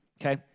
okay